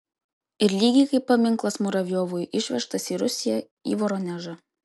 ir lygiai kaip paminklas muravjovui išvežtas į rusiją į voronežą